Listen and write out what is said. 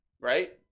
Right